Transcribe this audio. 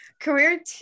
Career